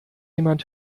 jemand